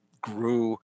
grew